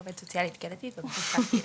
עובדת סוציאלית קהילתית בבית המשפט הקהילתי.